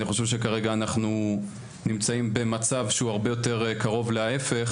אני חושב שכרגע אנחנו נמצאים במצב שהוא הרבה יותר קרוב להפך.